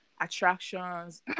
attractions